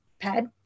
pad